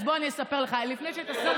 אז בוא אני אספר לך: לפני שנהיית שר,